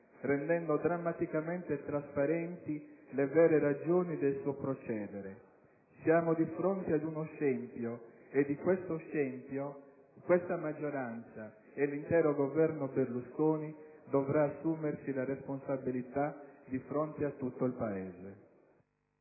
rendendo drammaticamente trasparenti le vere ragioni del suo procedere. Siamo di fronte ad uno scempio e di questo scempio questa maggioranza e l'intero Governo Berlusconi dovrà assumersi la responsabilità di fronte a tutto il Paese.